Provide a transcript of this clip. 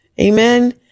Amen